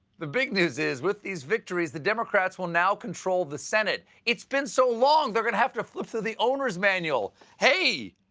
the big news is, with these victories, the democrats will now control the senate. it's been so long, they're going to have to flip through the owner's manual. hey,